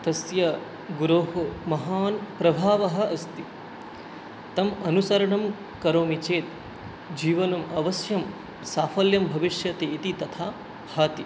तस्य गुरोः महान् प्रभावः अस्ति तम् अनुसरणं करोमि चेत् जीवनम् अवश्यं साफ़ल्यं भविष्यति इति तथा भाति